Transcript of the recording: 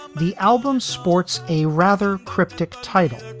um the album's sports a rather cryptic title.